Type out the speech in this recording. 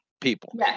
people